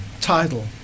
title